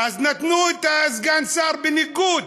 אז נתנו את סגן השר בניגוד.